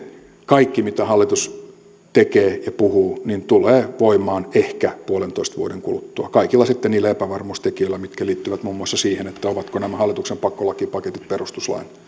kaikki mitä hallitus tekee ja puhuu tulee voimaan ehkä puolentoista vuoden kuluttua kaikilla niillä epävarmuustekijöillä mitkä liittyvät muun muassa siihen ovatko nämä hallituksen pakkolakipaketit perustuslain